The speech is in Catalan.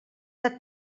del